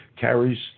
carries